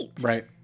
Right